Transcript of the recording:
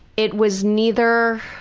it was neither,